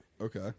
Okay